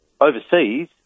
Overseas